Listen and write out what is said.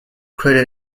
crater